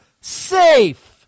safe